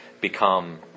become